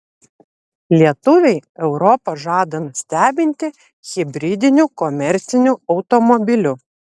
lietuviai europą žada nustebinti hibridiniu komerciniu automobiliu